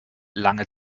lange